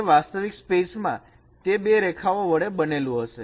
જે વાસ્તવિક સ્પેસમાં તે બે રેખાઓ વડે બનેલું હશે